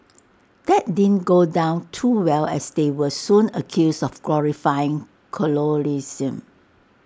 that did go down too well as they were soon accused of glorifying colonialism